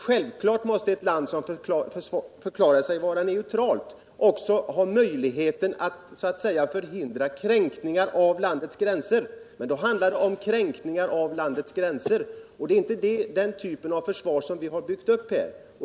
Självklart måste ett land som förklarat sig vara neutralt också ha möjligheter att så att säga förhindra kränkningar av landets gränser, men det är inte den typen av försvar som Sverige har byggt upp.